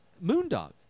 moondog